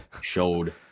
showed